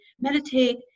meditate